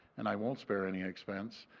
and i will not spare any expense.